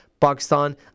Pakistan